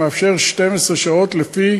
שמאפשר 12 שעות לפי